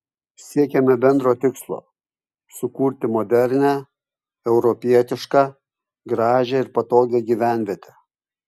siekėme bendro tikslo sukurti modernią europietišką gražią ir patogią gyvenvietę